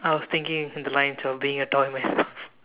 I was thinking the lines of being a toy myself